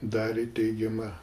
darė teigiamą